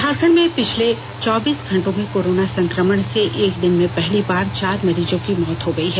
झारखंड में पिछले चौबीस घंटों में कोरोना संकमण से एक दिन में पहली बार चार मरीजों की मौत हो गयी है